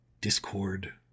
discord